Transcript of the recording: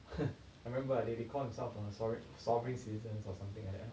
I remember ah they they call themselves ah a sovereign solving seasons or something like that lah